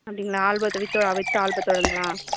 அப்படிங்ளா ஆல்பத்து வித்து வித்து ஆல்பத்தோடங்களா